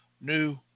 new